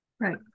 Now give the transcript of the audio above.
Right